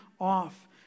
off